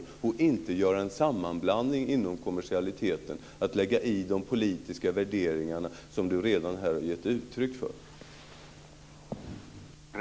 Vi ska inte göra en sammanblandning inom kommersialismen och lägga i de politiska värderingar som Kenth Högström här redan har gett uttryck för.